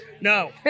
No